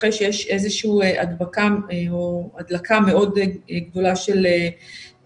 אחרי שיש איזה שהיא הדבקה או הדלקה מאוד גדולה של הידבקות